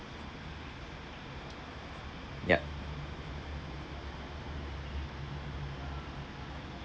yup